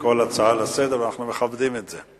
בכל הצעה לסדר-היום, ואנחנו מכבדים את זה.